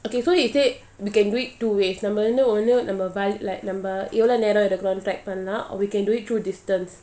okay so he said we can do it two ways நம்மஎவ்ளோநேரம்இருக்குறோம்னு:namma evlo neram irukuromnu like பண்ணா:panna or we can do it through distance